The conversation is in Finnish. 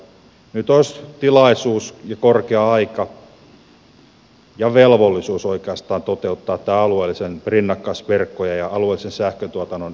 nyt olisi tilaisuus korkea aika ja oikeastaan velvollisuus toteuttaa tämä alueellisten rinnakkaisverkkojen ja alueellisen sähköntuotannon ylösnosto